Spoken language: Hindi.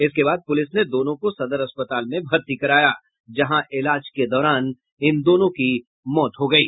इसके बाद पुलिस ने दोनों को सदर अस्पताल में भर्ती कराया जहां इलाज के दौरान दोनों की मौत हो गयी